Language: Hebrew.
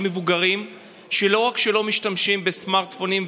מבוגרים שלא רק שלא משתמשים בסמארטפונים,